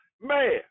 Man